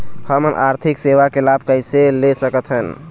हमन आरथिक सेवा के लाभ कैसे ले सकथन?